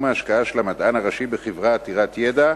ההשקעה של המדען הראשי בחברה עתירת ידע,